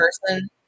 person